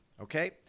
Okay